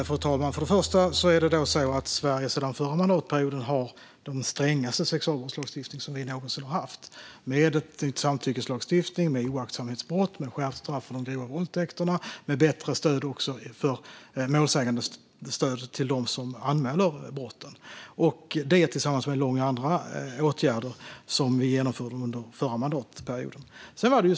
Fru talman! Först och främst har Sverige sedan den förra mandatperioden den strängaste sexualbrottslagstiftning som vi någonsin haft. Vi har nu en samtyckeslagstiftning, en lagstiftning om oaktsamhetsbrott, skärpta straff för grova våldtäkter och bättre målsägandestöd för dem som anmäler brotten. Detta tillsammans med en lång rad andra åtgärder genomförde vi under förra mandatperioden.